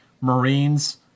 Marines